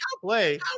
play